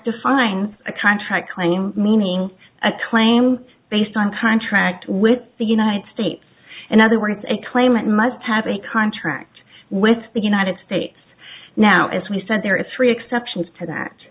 defines a contract claim meaning a claim based on contract with the united states and other words a claimant must have a contract with the united states now as we said there are three exceptions to that